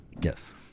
Yes